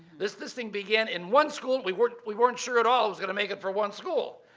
this this thing began in one school, we weren't we weren't sure at all it was going to make it for one school.